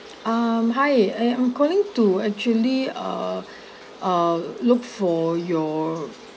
um hi eh I'm calling to actually uh look for your